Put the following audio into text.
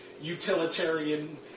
utilitarian